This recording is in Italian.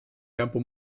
campo